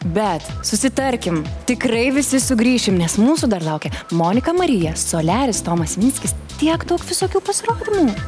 bet susitarkim tikrai visi sugrįšim nes mūsų dar laukia monika marija soliaris tomas sinickis tiek daug visokių pasirodymų